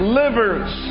livers